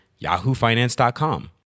yahoofinance.com